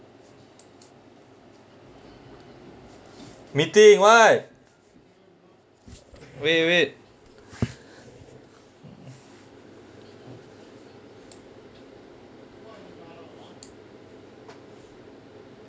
meeting what wait wait